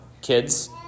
kids